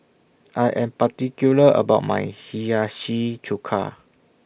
I Am particular about My Hiyashi Chuka